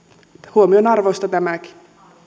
huomionarvoista tämäkin